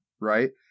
right